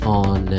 on